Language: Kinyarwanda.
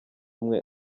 umwe